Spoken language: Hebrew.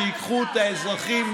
שייקחו את האזרחים,